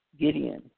Gideon